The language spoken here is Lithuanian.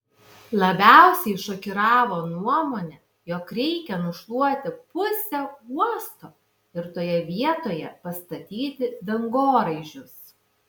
labiausiai šokiravo nuomonė jog reikia nušluoti pusę uosto ir toje vietoje pastatyti dangoraižius